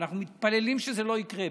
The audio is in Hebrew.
ואנחנו מתפללים שזה לא יקרה,